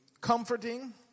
comforting